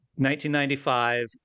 1995